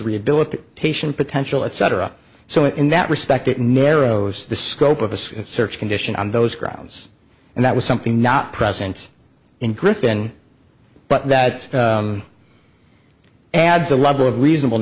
rehabilitation potential etc so in that respect it narrows the scope of the search condition on those grounds and that was something not present in griffin but that adds a level of reasonable